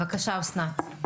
בבקשה, אסנת.